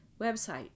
website